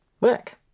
work